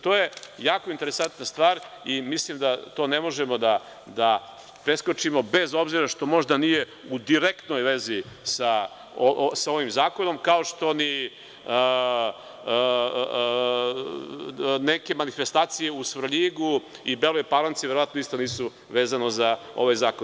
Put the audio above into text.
To je jako interesantna stvar i mislim da to ne možemo da preskočimo, bez obzira što možda nije u direktnoj vezi sa ovim zakonom, kao što ni neke manifestacije u Svrljigu i Beloj Palanci verovatno isto nisu vezane za ovaj zakon.